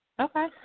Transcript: Okay